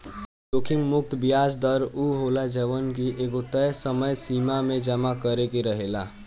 जोखिम मुक्त बियाज दर उ होला जवन की एगो तय समय सीमा में जमा करे के रहेला